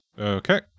Okay